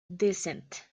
descent